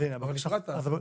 אבל הפרעת.